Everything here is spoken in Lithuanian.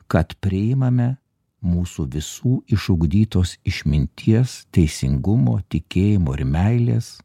kad priimame mūsų visų išugdytos išminties teisingumo tikėjimo ir meilės